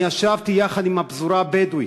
ואני ישבתי יחד עם הפזורה הבדואית,